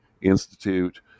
Institute